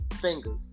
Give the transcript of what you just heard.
fingers